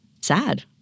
Sad